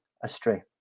astray